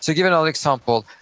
to give another example,